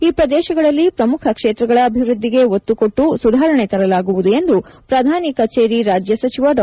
ಈ ಪ್ರದೇಶಗಳಲ್ಲಿ ಪ್ರಮುಖ ಕ್ಷೇತ್ರಗಳ ಅಭಿವ್ವದ್ದಿಗೆ ಒತ್ತುಕೊಟ್ಟು ಸುಧಾರಣೆ ತರಲಾಗುವುದು ಎಂದು ಪ್ರಧಾನಿ ಕಚೇರಿ ರಾಜ್ಯ ಸಚಿವ ಡಾ